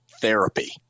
therapy